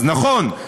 אז נכון,